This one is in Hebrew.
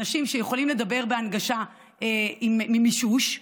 אנשים שיכולים לדבר בהנגשה עם מישוש,